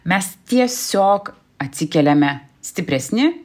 mes tiesiog atsikeliame stipresni